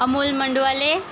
Amol Mandwale